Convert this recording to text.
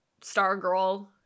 Stargirl